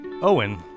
Owen